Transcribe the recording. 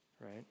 right